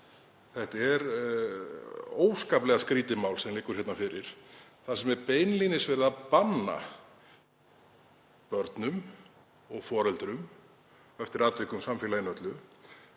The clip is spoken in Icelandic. Þetta er óskaplega skrýtið mál sem liggur hér fyrir þar sem er beinlínis verið að banna börnum og foreldrum og eftir atvikum samfélaginu öllu